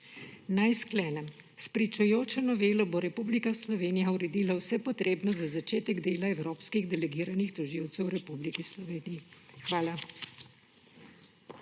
Naj sklenem. S pričujočo novelo bo Republika Slovenija uredila vse potrebno za začetek dela evropskih delegiranih tožilcev v Republiki Sloveniji. Hvala.